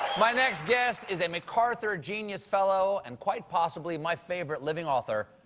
my next guest is a macarthur genius fellow, and quite possibly my favorite living author.